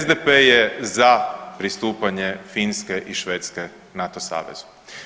SDP je za pristupanje Finske i Švedske NATO savezu.